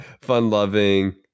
fun-loving